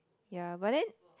ya but then